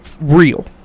real